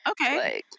okay